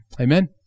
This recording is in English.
Amen